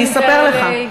אני אספר לך.